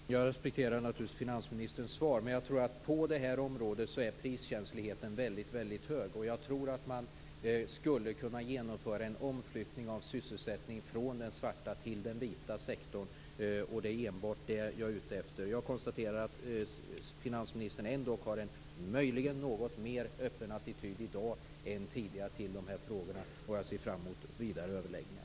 Fru talman! Jag respekterar naturligtvis finansministerns svar. Men jag tror att på det här området är priskänsligheten väldigt hög. Jag tror också att man skulle kunna genomföra en omflyttning av sysselsättning från den svarta till den vita sektorn. Det är enbart det jag är ute efter. Jag konstaterar att finansministern ändock möjligen har en något mer öppen attityd till de här frågorna i dag än tidigare, och jag ser fram emot vidare överläggningar.